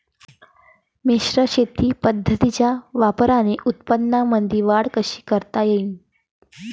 मिश्र शेती पद्धतीच्या वापराने उत्पन्नामंदी वाढ कशी करता येईन?